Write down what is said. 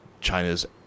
China's